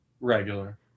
Regular